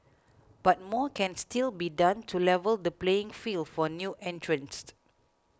but more can still be done to level the playing field for new entrants